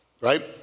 Right